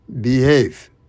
behave